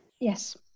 Yes